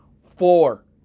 Four